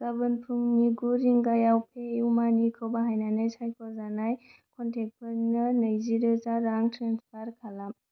गाबोन फुंनि गु रिंगायाव पेइउमानिखौ बाहायनानै सायख'जानाय क'नटेक्टफोरनो नैजिरोजा रां ट्रेन्सफार खालाम